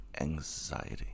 anxiety